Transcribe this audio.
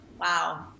wow